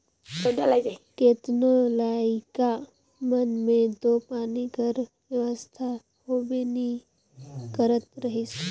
केतनो इलाका मन मे दो पानी कर बेवस्था होबे नी करत रहिस